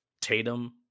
Tatum